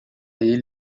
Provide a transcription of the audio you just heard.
ele